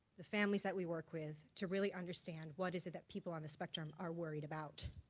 the families that we work with, to really understand what is it that people on the spectrum are worried about.